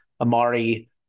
Amari